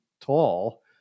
tall